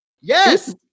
Yes